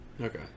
Okay